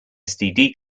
std